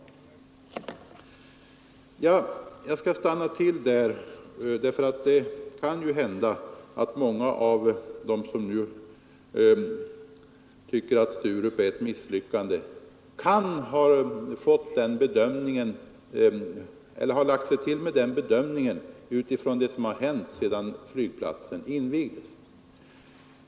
Jag skall stanna till där ett tag. Det kan nämligen hända att många av dem som nu tycker att Sturup är ett misslyckande kan ha lagt sig till med den bedömningen utifrån det som har hänt sedan flygplatsen invigdes.